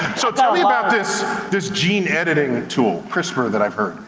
so tell me about this this gene editing tool, crispr, that i've heard.